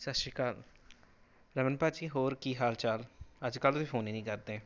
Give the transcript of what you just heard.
ਸਤਿ ਸ਼੍ਰੀ ਅਕਾਲ ਰਮਨ ਭਾਅ ਜੀ ਹੋਰ ਕੀ ਹਾਲ ਚਾਲ ਅੱਜ ਕੱਲ੍ਹ ਤੁਸੀਂ ਫੋਨ ਹੀ ਨਹੀਂ ਕਰਦੇ